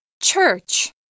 Church